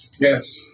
Yes